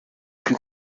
plus